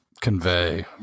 convey